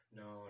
no